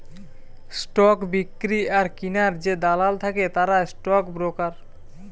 stock বিক্রি আর কিনার যে দালাল থাকে তারা স্টক ব্রোকার